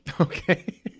Okay